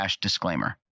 disclaimer